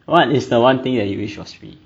what is the one thing that you wish was free